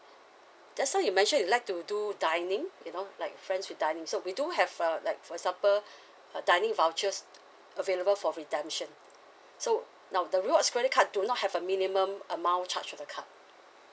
just now you mentioned you like to do dining you know like friends with dining so we do have uh like for example uh dining vouchers available for redemption so now the rewards credit card do not have a minimum amount charge to the card